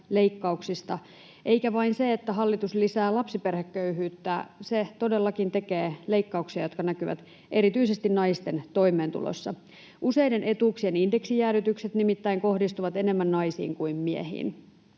eikä ole vain niin, että hallitus lisää lapsiperheköyhyyttä, vaan se todellakin tekee leikkauksia, jotka näkyvät erityisesti naisten toimeentulossa. Useiden etuuksien indeksijäädytykset nimittäin kohdistuvat enemmän naisiin kuin miehiin.